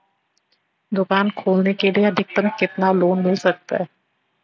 दुकान खोलने के लिए अधिकतम कितना लोन मिल सकता है?